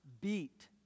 beat